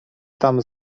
tam